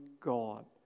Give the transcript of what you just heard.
God